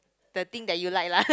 the thing that you like lah